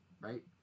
Right